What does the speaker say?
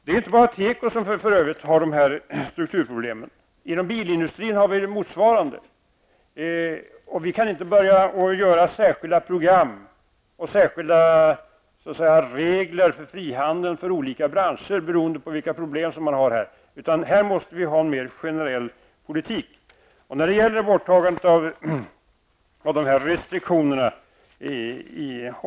Det är inte heller bara tekoindustrin som har dessa strukturproblem. Motsvarande problem finns inom bilindustrin. Vi kan inte börja göra särskilda program och särskilda regler för frihandel för olika branscher beroende på vilka problem som man har där. Vi måste ha en mer generell politik när det gäller borttagandet av dessa restriktioner.